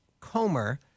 Comer